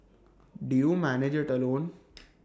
do you manage IT alone